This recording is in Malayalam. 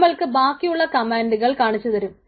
നമ്മൾക്ക് ബാക്കിയുള്ള കമാൻഡുകൾ കാണിച്ചുതരും